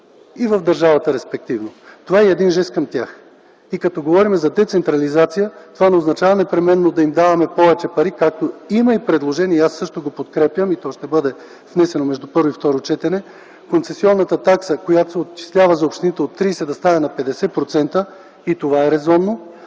и в държавата. Това е жест към тях. И когато говорим за децентрализация, това не означава непременно да им даваме повече пари. Има предложение и аз го подкрепям, то ще бъде внесено между първо и второ четене – концесионната такса, която се отчислява за общините, от 30% да стане 50%. Това е резонно.